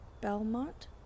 Belmont